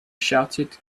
shouted